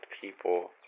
people